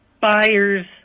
buyer's